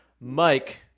Mike